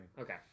Okay